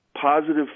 positive